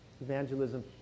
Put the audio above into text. evangelism